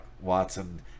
Watson